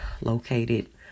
located